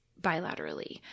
bilaterally